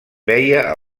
veia